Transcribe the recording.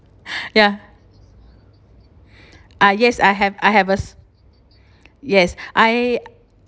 ya ah yes I have I have a s~ yes I